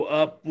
up